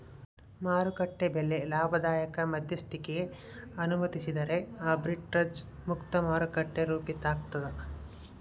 ಮಾರುಕಟ್ಟೆ ಬೆಲೆ ಲಾಭದಾಯಕ ಮಧ್ಯಸ್ಥಿಕಿಗೆ ಅನುಮತಿಸದಿದ್ದರೆ ಆರ್ಬಿಟ್ರೇಜ್ ಮುಕ್ತ ಮಾರುಕಟ್ಟೆ ರೂಪಿತಾಗ್ತದ